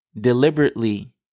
deliberately